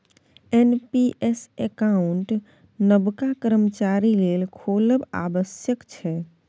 NPS account नबका कर्मचारी लेल खोलब आबश्यक छै